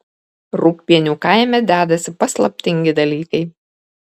rūgpienių kaime dedasi paslaptingi dalykai